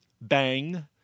bang